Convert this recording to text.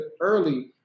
early